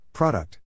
Product